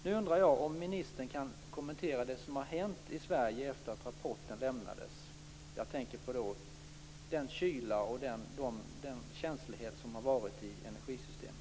Nu undrar jag om ministern kan kommentera det som hänt i Sverige efter det att rapporten lämnades. Jag tänker på den kyla och den känslighet som varit i energisystemet.